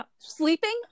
sleeping